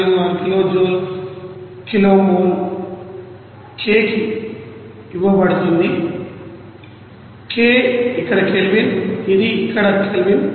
46 kilojoule kilomole k కి ఇవ్వబడింది k ఇక్కడ కెల్విన్ ఇది ఇక్కడ కెల్విన్